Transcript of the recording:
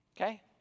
okay